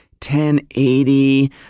1080